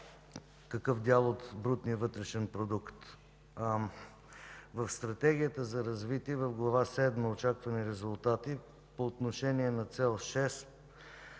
какъв дял от брутния вътрешен продукт. В Стратегията за развитие в Глава седма „Очаквани резултати” по отношение на цел 6